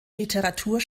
literatur